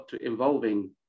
involving